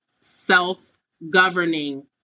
self-governing